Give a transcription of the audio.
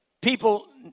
people